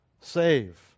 save